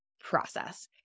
process